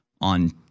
on